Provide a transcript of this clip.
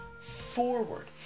forward